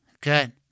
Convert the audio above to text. Good